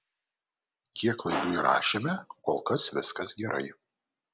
kiek laidų įrašėme kol kas viskas gerai